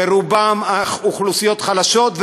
ורובם מאוכלוסיות חלשות,